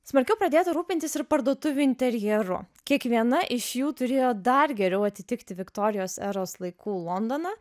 smarkiau pradėta rūpintis ir parduotuvių interjeru kiekviena iš jų turėjo dar geriau atitikti viktorijos eros laikų londoną